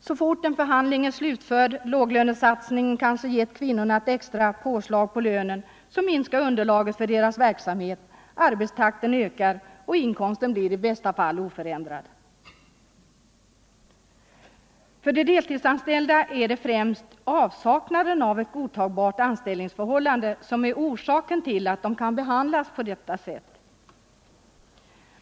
Så fort en förhandling är slutförd, där låglönesatsningen kanske gett kvinnorna ett extra påslag på lönen, så minskar underlaget för deras verksamhet, arbetstakten ökar, och inkomsten blir i bästa fall oförändrad. För de deltidsanställda är det främst avsaknaden av ett godtagbart anställningsförhållande som är orsaken till att de kan behandlas på detta sätt.